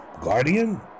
Guardian